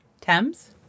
Thames